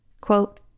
Quote